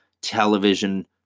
television